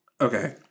Okay